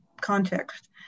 context